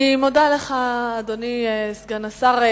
אני מודה לך, אדוני סגן השר.